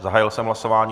Zahájil jsem hlasování.